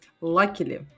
luckily